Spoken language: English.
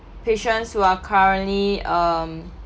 patients who are currently um